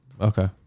Okay